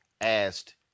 asked